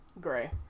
Gray